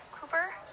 Cooper